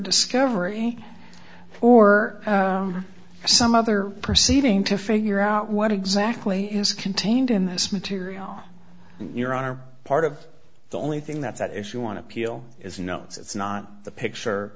discovery or some other perceiving to figure out what exactly is contained in this material your are part of the only thing that's at issue on appeal is you know it's not the picture